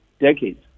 decades